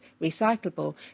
recyclable